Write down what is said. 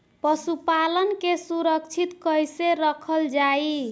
पशुपालन के सुरक्षित कैसे रखल जाई?